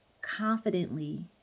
confidently